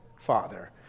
Father